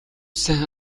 сайн